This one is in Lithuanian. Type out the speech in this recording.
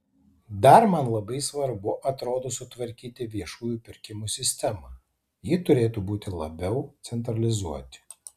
dar man labai svarbu atrodo sutvarkyti viešųjų pirkimų sistemą ji turėtų būti labiau centralizuoti